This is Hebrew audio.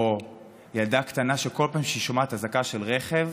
או ילדה קטנה שבכל פעם שהיא שומעת אזעקה של רכב